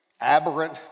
aberrant